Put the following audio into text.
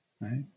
right